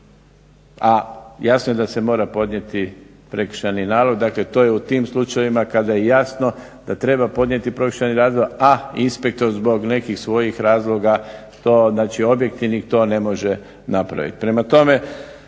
a jasno je da se mora podnijeti prekršajni nalog, dakle to je u tim slučajevima kada je jasno da treba podnijeti prekršajni nalog, a inspektor zbog nekih svojih razloga objektivnih to ne može napraviti.